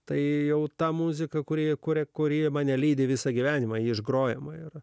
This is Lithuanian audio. tai jau ta muzika kurie kuria kurie mane lydi visą gyvenimą iš grojama era